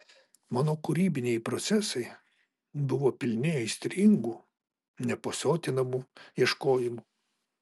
mano kūrybiniai procesai buvo pilni aistringų nepasotinamų ieškojimų